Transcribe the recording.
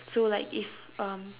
so like if um